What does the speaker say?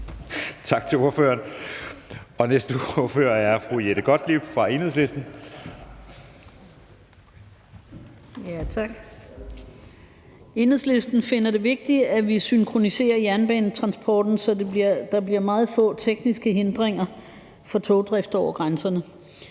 Enhedslisten. Kl. 13:49 (Ordfører) Jette Gottlieb (EL): Tak. Enhedslisten finder det vigtigt, at vi synkroniserer jernbanetransporten, så der bliver meget få tekniske hindringer for togdrift over grænserne,